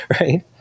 Right